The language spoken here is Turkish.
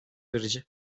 verici